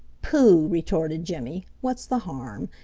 pooh! retorted jimmy. what's the harm?